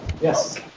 Yes